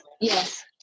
Yes